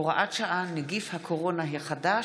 (הוראת שעה, נגיף הקורונה החדש),